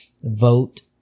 Vote